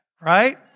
right